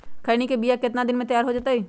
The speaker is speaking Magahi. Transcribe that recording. खैनी के बिया कितना दिन मे तैयार हो जताइए?